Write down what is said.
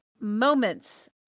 moments